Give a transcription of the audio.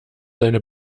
seine